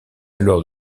alors